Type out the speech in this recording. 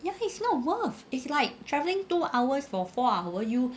ya it's not worth it's like travelling two hours for four hour you